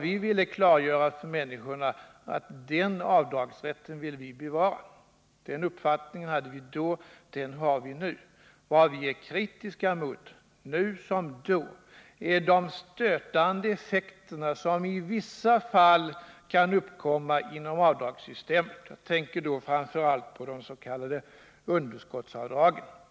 Vi ville klargöra för människorna att vi vill bevara denna avdragsrätt. Den uppfattningen hade vi då, och vi har den fortfarande. Vad vi är kritiska mot, nu som då, är de stötande effekter som avdragssystemet i vissa fall kan få. Jag tänker framför allt på de s.k. underskottsavdragen.